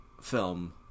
film